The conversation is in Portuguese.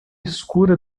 escura